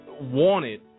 wanted